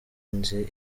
nzi